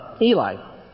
Eli